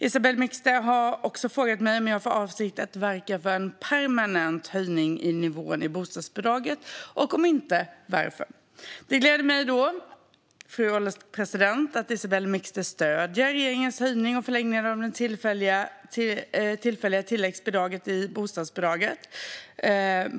Isabell Mixter har också frågat mig om jag har för avsikt att verka för en permanent höjning av nivån i bostadsbidraget och om inte, varför. Fru ålderspresident! Det gläder mig att Isabell Mixter stöder regeringens höjning och förlängning av det tillfälliga tilläggsbidraget i bostadsbidraget.